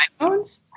iPhones